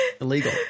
illegal